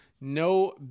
no